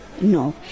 No